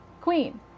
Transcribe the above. queen